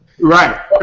Right